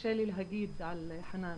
קשה לי להגיד על חנאן.